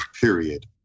period